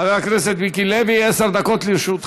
חבר הכנסת אכרם חסון, חברת הכנסת יוליה מלינובסקי.